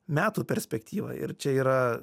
metų perspektyvą ir čia yra